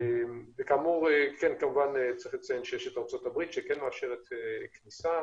כן צריך לציין את ארצות-הברית, שכן מאפשרת כניסה.